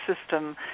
system